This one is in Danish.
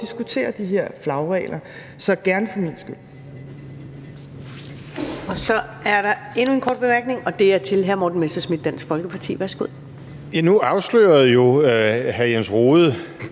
at diskutere de her flagregler. Så gerne for min skyld.